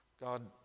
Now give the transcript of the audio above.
God